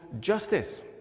justice